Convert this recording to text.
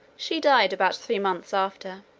she died about three months after.